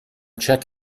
check